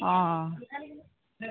অঁ অঁ